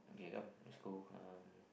okay come let's go um